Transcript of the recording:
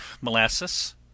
molasses